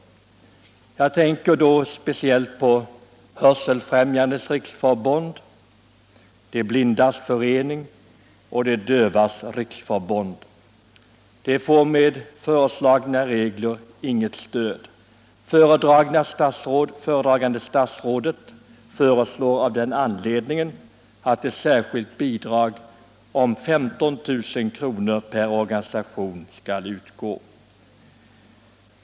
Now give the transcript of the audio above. Jag tänker då speciellt på Hörselfrämjandets riksförbund, De blindas förening och De dövas riksförbund. De får med föreslagna regler inget stöd. Föredragande statsrådet föreslår av den anledningen att ett särskilt bidrag om 15 000 kr. per organisation skall utgå.